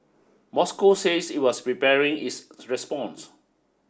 Moscow said it was preparing its response